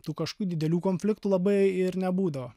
tų kažkokių didelių konfliktų labai ir nebūdavo